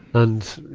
and,